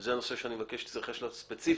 וזה הנושא שאני מבקש שתתייחס אליו ספציפית,